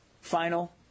final